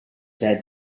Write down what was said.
said